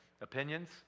opinions